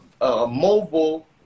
mobile